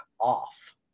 off